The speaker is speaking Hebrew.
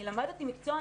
אני למדתי מקצוע,